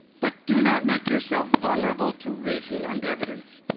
but do not make yourself vulnerable to reason and evidence.